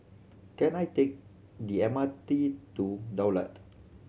can I take the M R T to Daulat